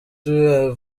tout